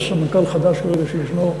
וסמנכ"ל חדש כרגע שישנו,